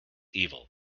evil